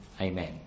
Amen